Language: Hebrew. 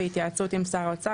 בהתייעצות עם שר האוצר,